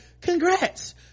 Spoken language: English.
congrats